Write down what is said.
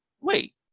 wait